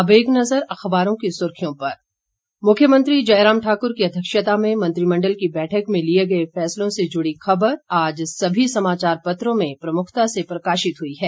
अब एक नजर अखबारों की सुर्खियों पर मुख्यमंत्री जयराम ठाक्र की अध्यक्षता में मंत्रिमंडल की बैठक में लिए गए फैसलों से जुड़ी खबर आज सभी समाचार पत्रों में प्रमुखता से प्रकाशित हुई है